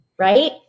right